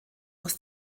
aus